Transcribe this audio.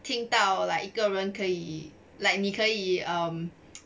听到 like 一个人可以 like 你可以 um